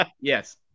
Yes